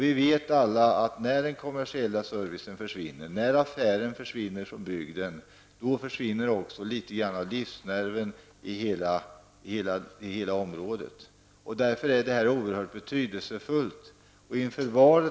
Vi vet alla att när den kommersiella servicen, affären, försvinner från bygden, då försvinner också litet av livsnerven i hela området. Därför är detta en oerhört betydelsefull fråga.